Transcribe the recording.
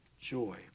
joy